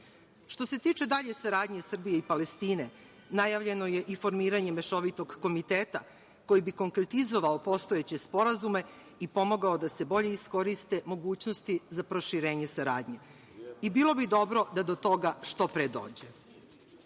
se tiče dalje saradnje Srbije i Palestine, najavljeno je i formiranje mešovitog komiteta koji bi konkretizovao postojeće sporazume i pomogao da se bolje iskoriste mogućnosti za proširenje saradnje. Bilo bi dobro da do toga što pre dođe. Kada